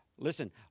Listen